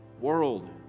world